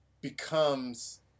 becomes